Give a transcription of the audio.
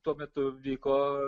tuo metu vyko